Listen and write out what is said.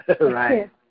Right